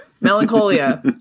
Melancholia